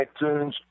iTunes